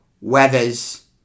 Weathers